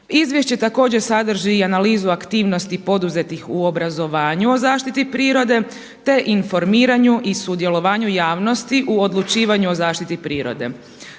Izvješće također sadrži i analizu aktivnosti poduzetih u obrazovanju o zaštiti prirode te informiranju i sudjelovanju javnosti u odlučivanju o zaštiti prirode.